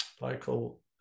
local